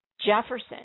Jefferson